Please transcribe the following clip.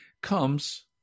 comes